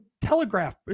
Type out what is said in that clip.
telegraph